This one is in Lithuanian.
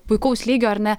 puikaus lygio ar ne